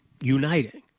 uniting